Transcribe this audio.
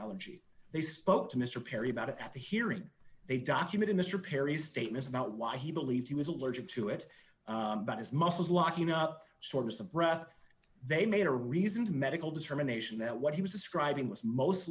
elegy they spoke to mr perry about it at the hearing they documented mr perry statements about why he believed he was allergic to it but his muscles locking up shortness of breath they made a reasoned medical determination that what he was describing was most